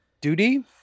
duty